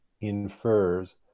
infers